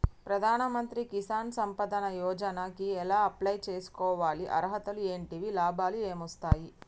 ప్రధాన మంత్రి కిసాన్ సంపద యోజన కి ఎలా అప్లయ్ చేసుకోవాలి? అర్హతలు ఏంటివి? లాభాలు ఏమొస్తాయి?